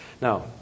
Now